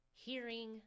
hearing